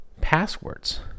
passwords